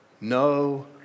No